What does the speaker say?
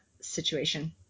situation